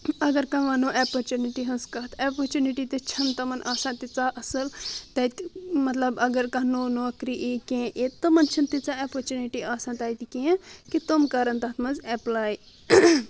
اگر کانٛہہ ونو اپرچونٹی ہنٛز کتھ اپرچونٹی تہِ چھنہٕ تِمن آسان تیژہ اصٕل تتہِ مطلب اگر کانٛہہ نوٚو نوکری یی کیٚنٛہہ یی تِمن چھنہِ تیژہ اپرچونٹی آسان تتہِ کیٚنٛہہ کہ تِم کرن تتھ منٛز اپلاے